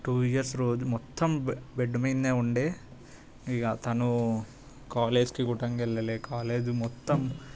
to years రోజు మొత్తం bed bed మీదనే ఉండే ఇగ తను కాలేజ్కి గుట్టంగా వెళ్లలే కాలేజ్ మొత్తం